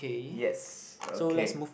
yes okay